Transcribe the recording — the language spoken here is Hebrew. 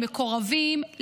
למקורבים,